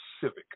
Civic